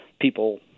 People